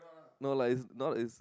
no like it's not as